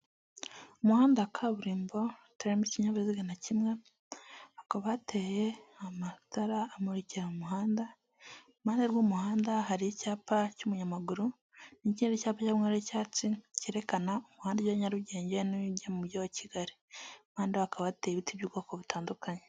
Umuhanda wa kaburimbo hatarimo ikinyabiziga na kimwe, hakaba hateye amatara amurikira umuhanda. impande y'umuhanda hari icyapa cy'umunyamaguru n'ikindi cyapa cy'icyatsi cyerekana umuhanda wa Nyarugenge mu mugi wa Kigali, ahandi hakaba hateye ibiti by'ubwoko butandukanye.